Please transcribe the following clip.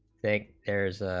think there's